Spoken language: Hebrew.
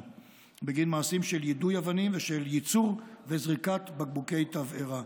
בגין מעשים של יידוי אבנים ושל ייצור וזריקת בקבוקי תבערה.